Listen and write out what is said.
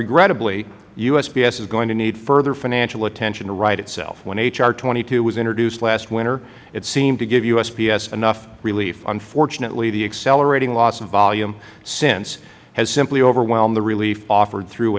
regrettably usps is going to need further financial attention to right itself when h r twenty two was introduced last winter it seemed to give usps enough relief unfortunately the accelerating loss of volume since has simply overwhelmed the relief offered through